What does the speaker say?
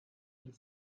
mille